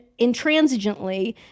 intransigently